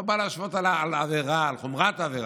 לא בא להשוות לעבירה, לחומרת העבירה,